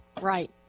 Right